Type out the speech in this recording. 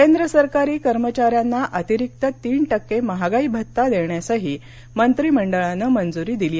केंद्र सरकारी कर्मचाऱ्यांना अतिरिक्त तीन टक्के महागाई भत्ता देण्यासही मंत्रिमंडळानं मंजूरी दिली आहे